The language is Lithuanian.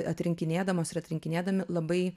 atrinkinėdamos ir atlikinėdami labai